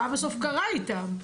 מה בסוף קרה איתם?